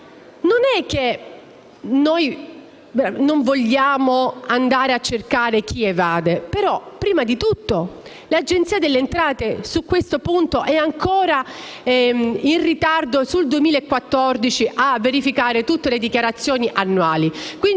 Non è che noi non vogliamo andare a cercare chi evade, però l'Agenzia delle entrate su questo punto è ancora in ritardo nel verificare tutte le dichiarazioni annuali